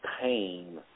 pain